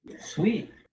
Sweet